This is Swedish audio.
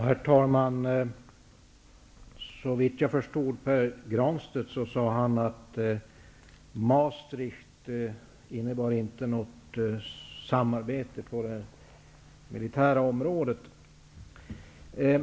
Herr talman! Om jag förstod Pär Granstedt rätt sade han att Maastricht inte innebär något samarbete på det militära området.